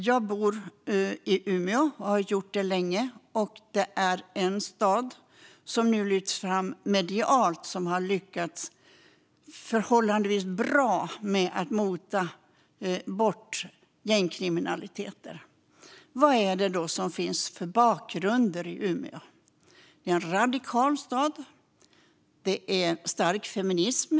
Jag bor sedan länge i Umeå. Det är en stad som lyfts fram medialt för att ha lyckats förhållandevis bra att mota bort gängkriminalitet. Vilka bakgrunder finns i Umeå? Det är en radikal stad. Där finns en stark feminism.